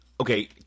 okay